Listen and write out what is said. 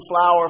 flower